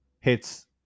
hits